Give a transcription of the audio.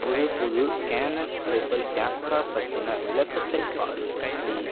புது புது Canon Rebel camera பற்றின விளக்கத்தை பார் ப்ளீஸ்